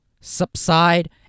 subside